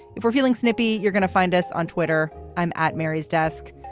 if we're feeling snippy, you're gonna find us on twitter. i'm at mary's desk.